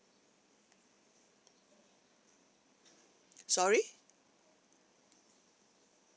sorry